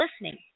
listening